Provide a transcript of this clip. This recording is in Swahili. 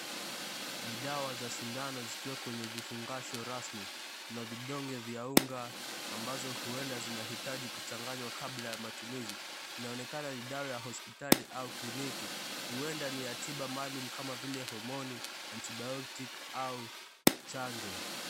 Ni dawa za sindano zikiwa kwenye vifungasho rasmi. Kuna vidonge vya unga ambazo huenda zinahitaji kuchanganywa kabla ya matumizi. Inaonekana ni dawa ya hospitali au kliniki. Huenda ni ya tiba maalum kama vile homoni antibiotic au chanjo.